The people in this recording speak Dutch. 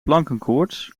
plankenkoorts